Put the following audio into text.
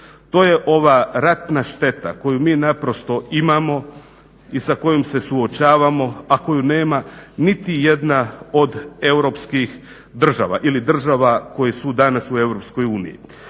To je ova ratna šteta koju mi naprosto imamo i sa kojom se suočavamo a koju nema niti jedna od europskih država ili država koje su danas u EU.